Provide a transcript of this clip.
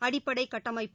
அடிப்படை கட்டமாப்பு